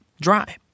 dry